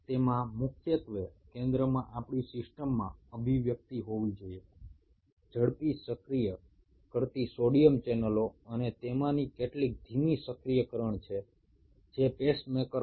এখন মূলত central nervous সিস্টেমের ক্ষেত্রে সোডিয়াম চ্যানেলগুলোর মধ্যে ফাস্ট অ্যাক্টিভিটিং সোডিয়াম চ্যানেলগুলোর এক্সপ্রেশন ঘটবে